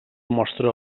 mostra